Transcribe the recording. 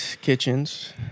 kitchens